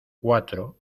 cuatro